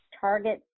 Target